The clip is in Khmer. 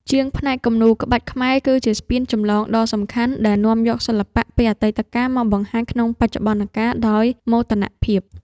ជាងផ្នែកគំនូរក្បាច់ខ្មែរគឺជាស្ពានចម្លងដ៏សំខាន់ដែលនាំយកសិល្បៈពីអតីតកាលមកបង្ហាញក្នុងបច្ចុប្បន្នកាលដោយមោទនភាព។